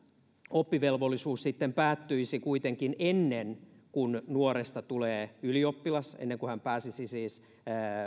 oppivelvollisuus kuitenkin päättyisi ennen kuin nuoresta tulee ylioppilas ennen kuin hän siis pääsisi